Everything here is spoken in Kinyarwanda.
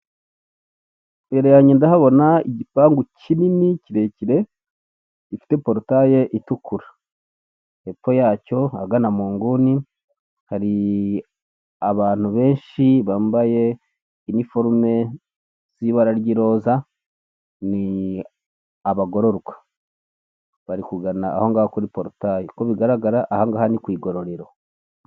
Imbere yanjye ndahabona igipangu kinini, kirekire, gifite porotaye itukura. Hepfo yacyo ahagana mu nguni, hari abantu benshi bambaye iniforume z'ibara ry'iroza, ni abagororwa, bari kugana aho ngaho kuri porotaye. Uko bigaragara aha ngaha ni ku igororero.